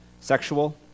Sexual